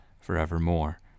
forevermore